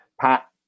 Pat